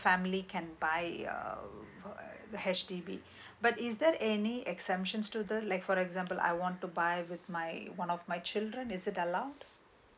family can buy uh a H_D_B but is there any exemptions to the like for example I want to buy with my one of my children is it allowed